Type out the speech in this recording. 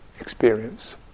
experience